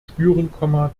spüren